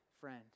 friend